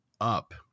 up